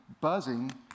buzzing